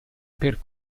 per